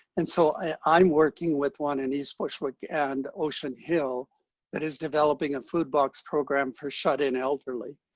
and so i'm working with one in east bushwick and ocean hill that is developing a food box program for shut-in elderly.